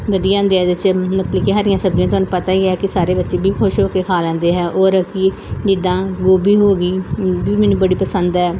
ਵਧੀਆ ਹੁੰਦੇ ਆ ਇਹਦੇ 'ਚ ਮਤਲਬ ਕਿ ਹਰੀਆਂ ਸਬਜ਼ੀਆਂ ਤੁਹਾਨੂੰ ਪਤਾ ਹੀ ਹੈ ਕਿ ਸਾਰੇ ਬੱਚੇ ਵੀ ਖੁਸ਼ ਹੋ ਕੇ ਖਾ ਲੈਂਦੇ ਹੈ ਔਰ ਕੀ ਜਿੱਦਾਂ ਗੋਭੀ ਹੋ ਗਈ ਗੋਭੀ ਮੈਨੂੰ ਬੜੀ ਪਸੰਦ ਹੈ